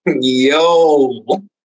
yo